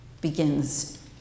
begins